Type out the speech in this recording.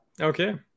okay